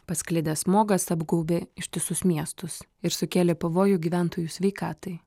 pasklidęs smogas apgaubė ištisus miestus ir sukėlė pavojų gyventojų sveikatai